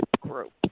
group